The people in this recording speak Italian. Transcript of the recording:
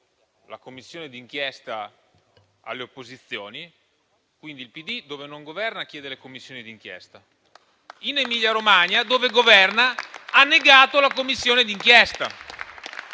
della commissione d'inchiesta alle opposizioni - quindi il PD dove non governa chiede le commissioni d'inchiesta - in Emilia Romagna, dove il PD governa, ha negato la commissione d'inchiesta.